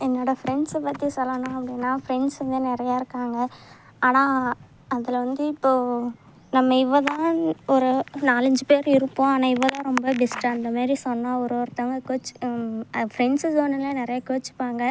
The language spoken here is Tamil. என்னோட ஃப்ரெண்ட்ஸ்ஸை பற்றி சொல்லணும் அப்படின்னா ஃப்ரெண்ட்ஸ் வந்து நிறையா இருக்காங்க ஆனால் அதில் வந்து இப்போ நம்ம இவள் தான் ஒரு நாலஞ்சு பேர் இருப்போம் ஆனால் இவள் தான் ரொம்ப பெஸ்ட்டு அந்த மாதிரி சொன்னாள் ஒரு ஒருத்தவங்க கோச்சிக் ஃப்ரெண்ட்ஸ்னு சொன்னாலே நிறைய கோச்சுப்பாங்க